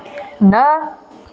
न